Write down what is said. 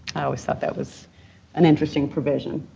i always thought that was an interesting provision.